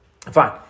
Fine